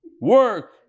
Work